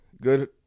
good